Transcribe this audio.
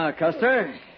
Custer